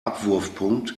abwurfpunkt